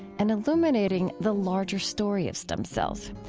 and illuminating the larger story of stem cells.